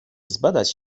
zbadać